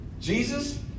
Jesus